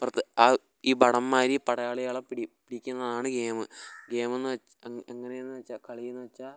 ഇപ്പുറത്ത് ആ ഈ ഭടന്മാര് ഈ പടയാളികളെ പീഡിപ്പിക്കുന്നതാണ് ഗെയിമ് ഗെയിമെന്ന് വെച്ച് എങ് എങ്ങനെന്ന് വെച്ചാൽ കളി എന്ന് വെച്ചാൽ